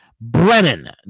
Brennan